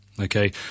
Okay